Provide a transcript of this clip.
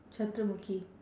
chandramukhi